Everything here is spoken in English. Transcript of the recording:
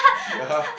ya